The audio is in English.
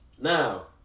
Now